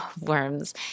worms